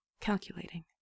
calculating